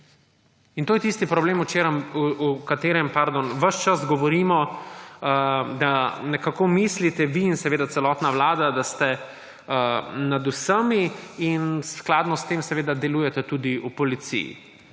In to je tisti problem, o katerem ves čas govorimo, da nekako mislite vi in celotna vlada, da ste nad vsemi in skladno s tem delujete tudi v policiji.